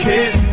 Kiss